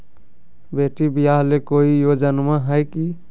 बेटी ब्याह ले कोई योजनमा हय की?